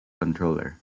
controller